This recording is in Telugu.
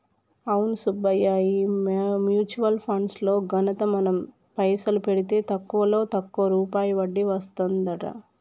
అవును సుబ్బయ్య ఈ మ్యూచువల్ ఫండ్స్ లో ఘనత మనం పైసలు పెడితే తక్కువలో తక్కువ రూపాయి వడ్డీ వస్తదంట